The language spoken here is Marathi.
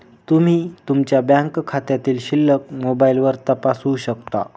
तुम्ही तुमच्या बँक खात्यातील शिल्लक मोबाईलवर तपासू शकता